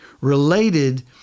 related